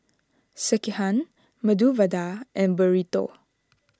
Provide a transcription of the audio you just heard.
Sekihan Medu Vada and Burrito